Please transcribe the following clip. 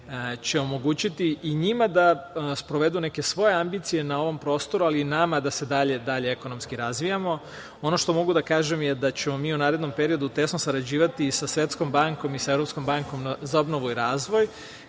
će omogućiti i njima da sprovedu neke svoje ambicije na ovom prostoru, ali i nama da se dalje ekonomski razvijamo. Ono što mogu da kažem je da ćemo mi u narednom periodu tesno sarađivati i sa Svetskom bankom i sa Evropskom bankom za obnovu i razvoj